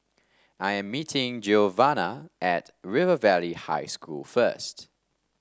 I am meeting Giovanna at River Valley High School first